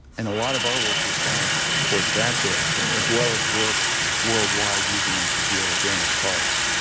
and a lot of our work has gone towards that direction as well as work worldwide using them to heal damaged hearts.